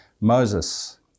Moses